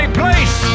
place